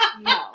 No